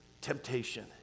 temptation